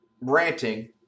ranting